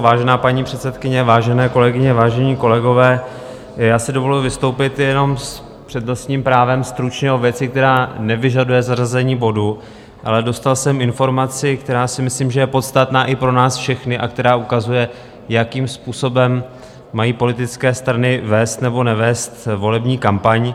Vážená paní předsedkyně, vážené kolegyně, vážení kolegové, já si dovoluji vystoupit jenom s přednostním právem stručně o věci, která nevyžaduje zařazení bodu, ale dostal jsem informaci, která si myslím, že je podstatná i pro nás všechny a která ukazuje, jakým způsobem mají politické strany vést nebo nevést volební kampaň.